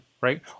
Right